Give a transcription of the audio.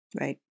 Right